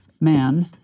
man